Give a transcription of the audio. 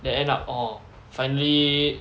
then end up orh finally